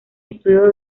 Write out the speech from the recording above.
estudio